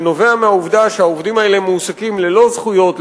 שנובע מהעובדה שהעובדים האלה מועסקים ללא זכויות,